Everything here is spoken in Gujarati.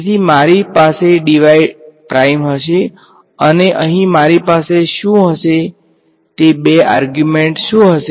તેથી મારી પાસે હશે અને અહીં મારી પાસે શું હશે તે બે આર્ગ્યુમેંટશુ હશે